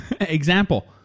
Example